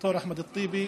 דוקטור אחמד טיבי.